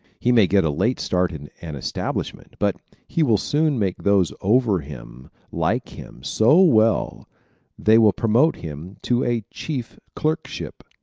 he may get a late start in an establishment but he will soon make those over him like him so well they will promote him to a chief-clerkship,